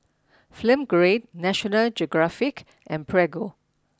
film Grade National Geographic and Prego